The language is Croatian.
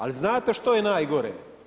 Ali znate što je najgore?